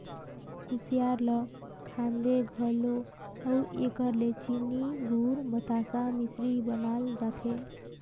कुसियार ल खाथें घलो अउ एकर ले चीनी, गूर, बतासा, मिसरी बनाल जाथे